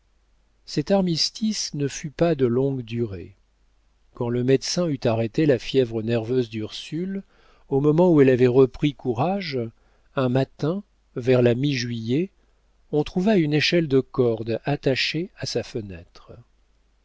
cet armistice ne fut pas de longue durée quand le médecin eut arrêté la fièvre nerveuse d'ursule au moment où elle avait repris courage un matin vers la mi juillet on trouva une échelle de corde attachée à sa fenêtre